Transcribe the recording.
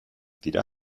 dira